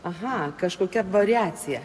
aha kažkokia variacija